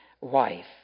wife